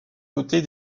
côté